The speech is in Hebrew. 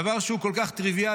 דבר שהוא כל כך טריוויאלי,